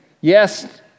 Yes